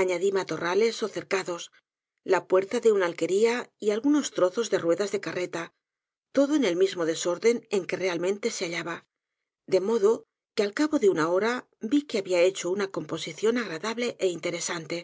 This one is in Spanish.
añadí matorrales ó cercados la puerta de una alquería y algunos trozos de ruedas de carreta todo en el mismo desorden en que realmente se hallaba de modo que al cabo de una hora vi que habia hecho una composición agradable é interesante